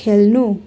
खेल्नु